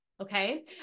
Okay